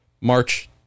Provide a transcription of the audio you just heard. March